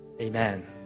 Amen